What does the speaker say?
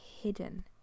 hidden